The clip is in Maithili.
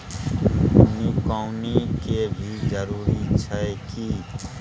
निकौनी के भी जरूरी छै की?